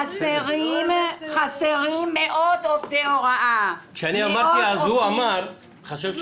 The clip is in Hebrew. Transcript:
חסרים מאות עובדי הוראה, מאות עובדים